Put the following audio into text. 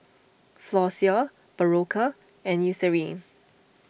Floxia Berocca and Eucerin